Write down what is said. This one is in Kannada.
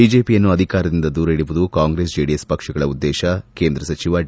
ಬಿಜೆಪಿಯನ್ನು ಅಧಿಕಾರದಿಂದ ದೂರ ಇಡುವುದು ಕಾಂಗ್ರೆಸ್ ಜೆಡಿಎಸ್ ಪಕ್ಷಗಳ ಉದ್ದೇಶ ಕೇಂದ್ರ ಸಚಿವ ಡಿ